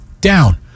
down